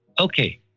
Okay